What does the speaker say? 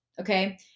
okay